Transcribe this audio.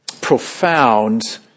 profound